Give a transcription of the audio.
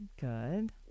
Good